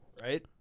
right